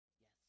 Yes